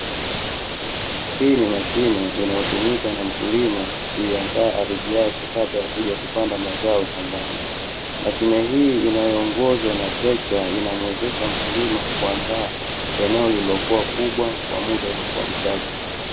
Hii ni mashine inayotumika na mkulima kuiandaa ardhi yake kabla ya kuja kupanda mazao shambani. Mashine hii, inayoongozwa na trekta, inamuwezesha mkulima kuandaa eneo lililokuwa kubwa kwa muda uliokuwa mchache.